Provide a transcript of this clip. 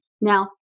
Now